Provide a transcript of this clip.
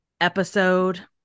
episode